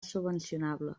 subvencionable